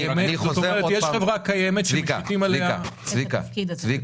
יש חברה קיימת שמשיתים עליה את התפקיד הזה?